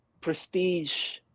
prestige